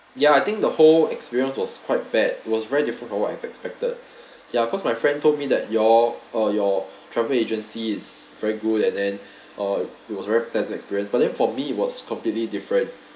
ya I think the whole experience was quite bad was very different from what I've expected ya cause my friend told me that your or your travel agency is very good and then uh it was very pleasant experience but then for me it was completely different